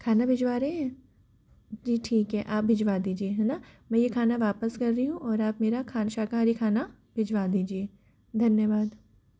खाना भिजवा रहे है जी ठीक है आप भिजवा दीजिए है न मैं यह खाना वापस कर रही हूँ और आप मेरा खाना शाकाहारी खाना भिजवा दीजिए धन्यवाद